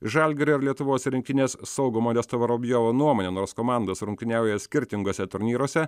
žalgirio ir lietuvos rinktinės saugo modesto vorobjovo nuomone nors komandos rungtyniauja skirtinguose turnyruose